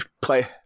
play